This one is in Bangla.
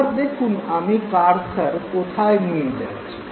এবার দেখুন আমি কার্সর কোথায় নিয়ে যাচ্ছি